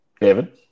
David